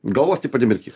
galvos tipo nemirkyk